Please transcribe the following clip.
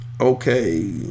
Okay